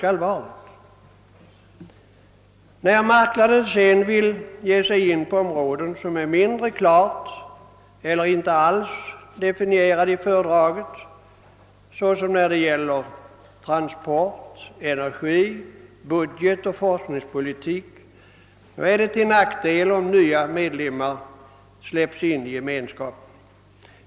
När Gemensamma marknaden sedan vill ge sig in på områden som är mindre klart eller inte alls definierade i fördraget — t.ex. transport-, energi-, budgetoch forskningspolitik — är det till nackdel om nya medlemmar släpps in i Gemenskapen.